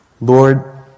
Lord